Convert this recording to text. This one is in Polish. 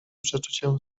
przeczuciem